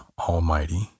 Almighty